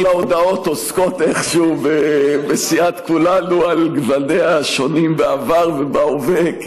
כי כל ההודעות עוסקות איכשהו בסיעת כולנו על גווניה השונים בעבר ובהווה.